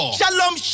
Shalom